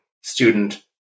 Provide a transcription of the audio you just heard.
student